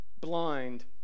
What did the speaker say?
blind